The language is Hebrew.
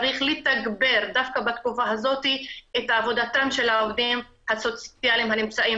צריך לתגבר דווקא בתקופה הזאת את עבודתם של העובדים הסוציאליים הנמצאים.